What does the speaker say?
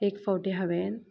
एक फावटी हांवें